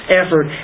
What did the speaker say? effort